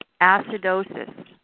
acidosis